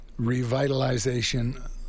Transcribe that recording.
revitalization